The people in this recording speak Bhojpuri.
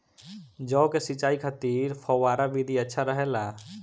जौ के सिंचाई खातिर फव्वारा विधि अच्छा रहेला?